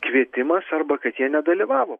kvietimas arba kad jie nedalyvavo